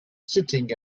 sitting